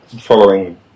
following